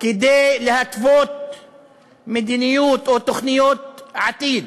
כדי להתוות מדיניות או תוכניות לעתיד.